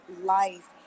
life